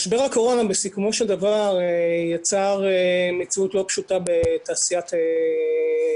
משבר הקורונה בסיכומו של דבר יצר מציאות לא פשוטה בתעשיית התרבות.